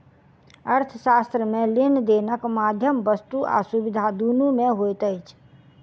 अर्थशास्त्र मे लेन देनक माध्यम वस्तु आ सुविधा दुनू मे होइत अछि